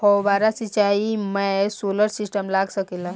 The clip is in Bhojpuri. फौबारा सिचाई मै सोलर सिस्टम लाग सकेला?